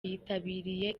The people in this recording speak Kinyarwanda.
yitabiriye